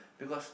because